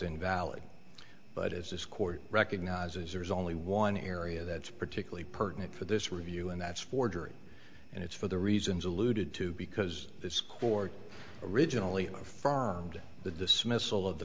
invalid but is this court recognizes there's only one area that's particularly pertinent for this review and that's forgery and it's for the reasons alluded to because this court originally affirmed the dismissal of the